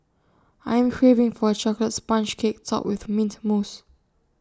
I am craving for A Chocolate Sponge Cake Topped with Mint Mousse